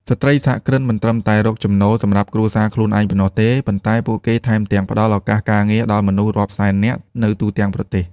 ស្ត្រីសហគ្រិនមិនត្រឹមតែរកចំណូលសម្រាប់គ្រួសារខ្លួនឯងប៉ុណ្ណោះទេ ប៉ុន្តែពួកគេថែមទាំងផ្ដល់ឱកាសការងារដល់មនុស្សរាប់សែននាក់នៅទូទាំងប្រទេស។